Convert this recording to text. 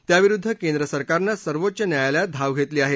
त्याविरुद्द केंद्रसरकारनं सर्वोच्च न्यायालयात धाव घेतली आहे